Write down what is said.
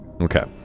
Okay